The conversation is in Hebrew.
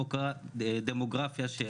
זה כבר